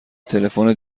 تلفن